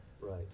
Right